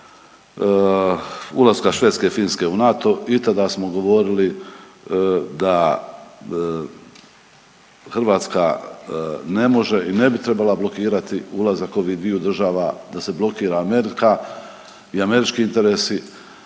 ulaska Švedske, Finske u NATO. I tada smo govorili da Hrvatska ne može i ne bi trebala blokirati ulazak ovih dviju država, da se blokira Amerika i američki interesi.